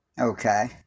Okay